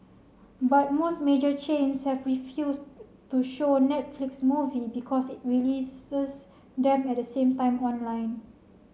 but most major chains have refused to show Netflix movie because it releases them at the same time online